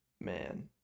man